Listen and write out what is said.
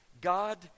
God